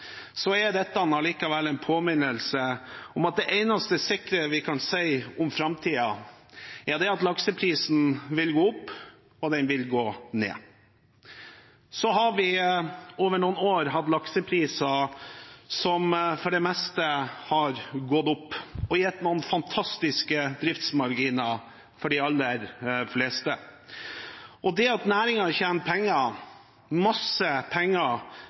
er dette likevel en påminnelse om at det eneste sikre vi kan si om framtiden, er at lakseprisen vil gå opp, og den vil gå ned. Så har vi over noen år hatt laksepriser som for det meste har gått opp og gitt noen fantastiske driftsmarginer for de aller fleste. Det at næringen tjener penger, masse penger,